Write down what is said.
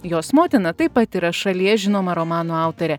jos motina taip pat yra šalies žinoma romanų autorė